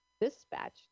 dispatch